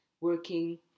working